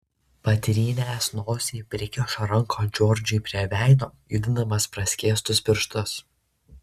patrynęs nosį prikišo ranką džordžui prie veido judindamas praskėstus pirštus